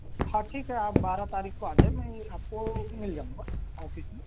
हाँ ठीक है आप बारह तारीख को आ जाएं मैं आपको मिल जाऊंगा ऑफिस में